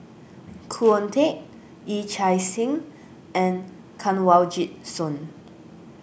Khoo Oon Teik Yee Chia Hsing and Kanwaljit Soin